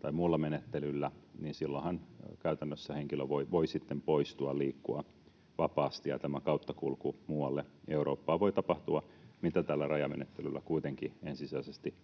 tai muulla menettelyllä, niin silloinhan käytännössä henkilö voi sitten poistua, liikkua vapaasti ja tämä kauttakulku muualle Eurooppaan voi tapahtua, mitä täällä rajamenettelyllä kuitenkin ensisijaisesti